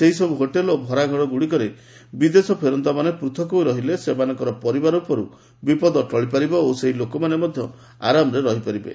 ସେହିସବୁ ହୋଟେଲ୍ ଓ ଭଡ଼ାଘରଗୁଡ଼ିକରେ ବିଦେଶ ଫେରନ୍ତାମାନେ ପୂଥକ ହୋଇ ରହିଲେ ସେମାନଙ୍କର ପରିବାର ଉପରୁ ବିପଦ ଟଳିପାରିବ ଓ ସେହି ଲୋକମାନେ ମଧ୍ୟ ଆରାମରେ ରହିପାରିବେ